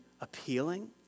appealing